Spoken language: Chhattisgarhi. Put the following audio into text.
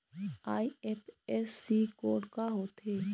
आई.एफ.एस.सी कोड का होथे?